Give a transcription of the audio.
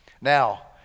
Now